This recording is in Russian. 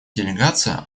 делегация